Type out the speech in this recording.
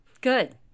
good